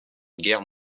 guerre